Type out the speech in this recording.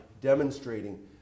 demonstrating